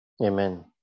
Amen